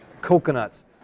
Coconuts